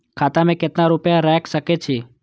खाता में केतना रूपया रैख सके छी?